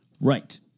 Right